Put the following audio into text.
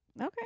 Okay